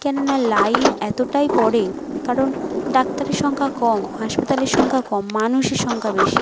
কেননা লাইন এতটাই পড়ে কারণ ডাক্তারের সংখ্যা কম হাসপাতালের সংখ্যাও কম মানুষের সংখ্যা বেশি